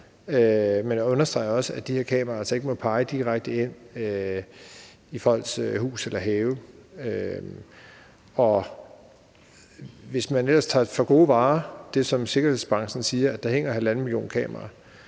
men understreger også, at de her kameraer altså ikke må pege direkte ind i folks hus eller have. Hvis man ellers tager det, som sikkerhedsbranchen siger, for gode varer, altså at der